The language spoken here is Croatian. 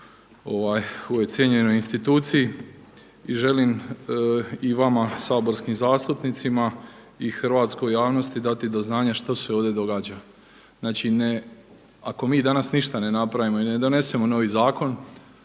ovoj cijenjenoj instituciji. I želim i vama saborskim zastupnicima i hrvatskoj javnosti dati do znanja što se ovdje događa. Znači ne, ako mi danas ništa ne napravimo i ne donesemo novi zakon